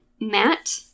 Matt